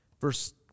Verse